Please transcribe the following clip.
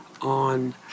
on